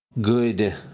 good